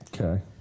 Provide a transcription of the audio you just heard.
Okay